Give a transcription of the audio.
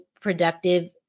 productive